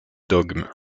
dogme